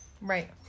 right